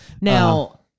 Now